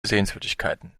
sehenswürdigkeiten